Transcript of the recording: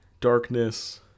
darkness